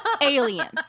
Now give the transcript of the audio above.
aliens